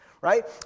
right